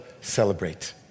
celebrate